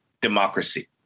democracy